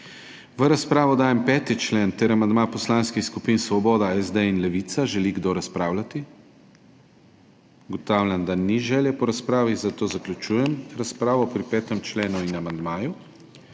V razpravo dajem 5. člen ter amandma poslanskih skupin Svoboda, SD in Levica. Želi kdo razpravljati? Ugotavljam, da ni želje po razpravi, zato zaključujem razpravo pri 5. členu in amandmaju.